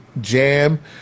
jam